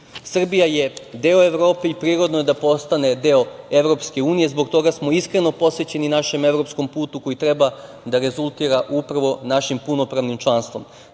Srbija je deo Evrope i prirodno je da postane deo Evropske unije, zbog toga smo iskreno posvećeni našem evropskom putu koji treba da rezultira, upravo našim punopravnim članstvom. Zbog